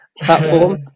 platform